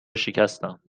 شکستم